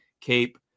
Cape